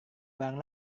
barang